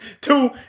Two